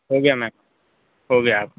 हो गया मेम हो गया है